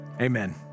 Amen